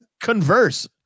converse